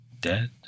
Dead